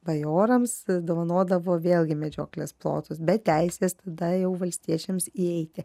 bajorams dovanodavo vėlgi medžioklės plotus be teisės tada jau valstiečiams įeiti